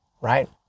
right